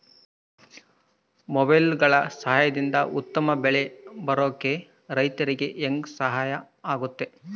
ಮೊಬೈಲುಗಳ ಸಹಾಯದಿಂದ ಉತ್ತಮ ಬೆಳೆ ಬರೋಕೆ ರೈತರಿಗೆ ಹೆಂಗೆ ಸಹಾಯ ಆಗುತ್ತೆ?